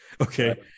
Okay